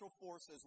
forces